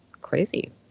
crazy